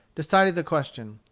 decided the question.